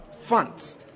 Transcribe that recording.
funds